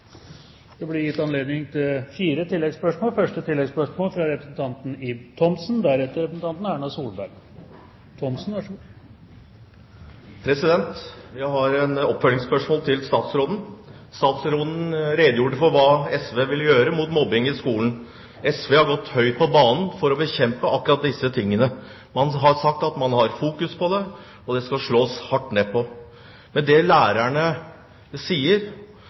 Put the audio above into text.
Det blir gitt anledning til fire oppfølgingsspørsmål – først Ib Thomsen. Jeg har et oppfølgingsspørsmål til statsråden. Statsråden redegjorde for hva SV vil gjøre med mobbing i skolen. SV har gått høyt på banen for å bekjempe akkurat dette. Man har sagt at man har fokus på det, og det skal slås hardt ned på. Men det lærerne sier,